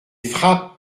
frappe